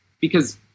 because-